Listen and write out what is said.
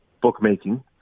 bookmaking